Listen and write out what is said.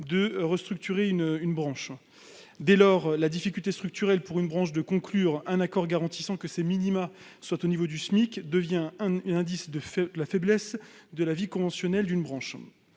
de restructurer une branche. La difficulté structurelle pour une branche de conclure un accord garantissant que ses minima soient au niveau du SMIC devenait ainsi un indice de la faiblesse de la vie conventionnelle d'une branche.